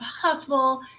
possible